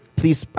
please